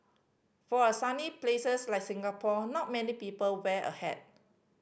for a sunny places like Singapore not many people wear a hat